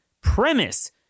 premise